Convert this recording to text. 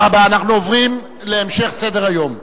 אנו עוברים להמשך סדר-היום,